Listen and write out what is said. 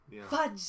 fudge